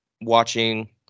watching